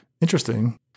Interesting